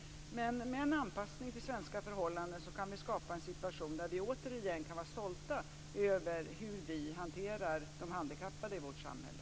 Men med en anpassning till svenska förhållanden kan vi skapa en situation där vi återigen kan vara stolta över hur vi hanterar de handikappade i vårt samhälle.